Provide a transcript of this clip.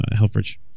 Helfrich